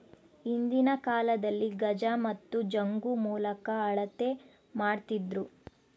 ಹಿಂದಿನ ಕಾಲದಲ್ಲಿ ಗಜ ಮತ್ತು ಜಂಗು ಮೂಲಕ ಅಳತೆ ಮಾಡ್ತಿದ್ದರು